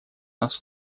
нас